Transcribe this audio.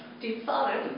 define